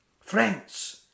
Friends